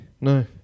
No